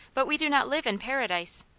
but we do not live in paradise.